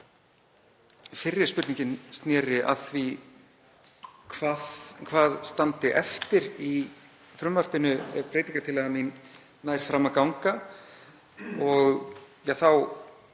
Fyrri spurningin sneri að því hvað standi eftir í frumvarpinu ef breytingartillaga mín nær fram að ganga. Þá